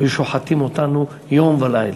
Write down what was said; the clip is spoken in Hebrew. היו שוחטים אותנו יום ולילה.